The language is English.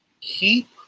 keep